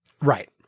Right